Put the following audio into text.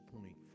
point